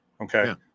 okay